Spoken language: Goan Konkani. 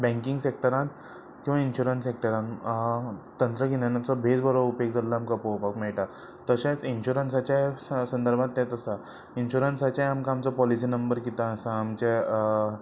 बँकिंग सॅक्टरांत किंवां इन्शुरंस सेक्टरान तंत्रगिन्यानाचो भेस बरो उपेग जाल्लो आमकां पळोवपाक मेळटा तशेंच इन्शुरन्साच्या संदर्भांत तेच आसा इन्शुरंसाचे आमकां आमचो पॉलिसी नंबर कितें आसा आमच्या